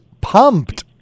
pumped